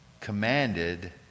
commanded